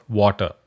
water